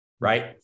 right